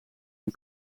een